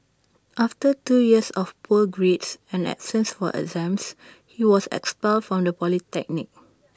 after two years of poor grades and absence from exams he was expelled from the polytechnic